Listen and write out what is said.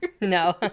no